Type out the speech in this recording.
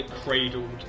cradled